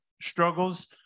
struggles